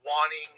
wanting